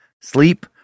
Sleep